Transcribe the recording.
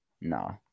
No